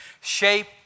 shape